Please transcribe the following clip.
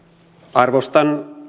arvostan